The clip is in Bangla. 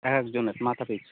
একজনের মাথাপিছু